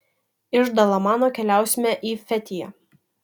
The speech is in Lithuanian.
iš dalamano keliausime į fetiją